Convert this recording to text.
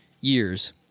years